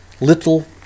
Little